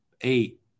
eight